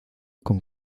con